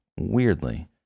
Weirdly